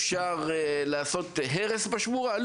אפשר לעשות הרס בשמורה?